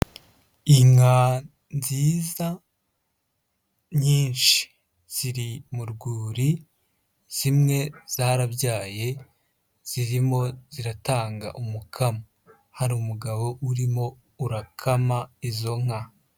Inka nziza nyinshi ziri mu rwuri zimwe zarabyaye zirimo ziratanga umukamo, hari umugabo urimo urakama izo nka.